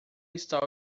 está